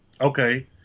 Okay